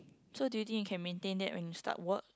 so do you think you can maintain that when you start work